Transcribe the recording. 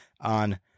on